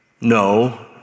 No